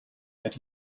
that